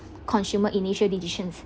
consumer initial decisions